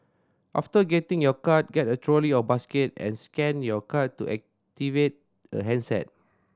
after getting your card get a trolley or basket and scan your card to activate a handset